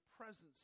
presence